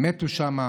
הם מתו שם,